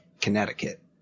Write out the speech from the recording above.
Connecticut